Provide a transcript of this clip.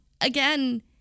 again